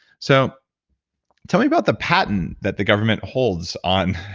so tell me about the patent that the government holds on